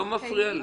לא מפריע לי.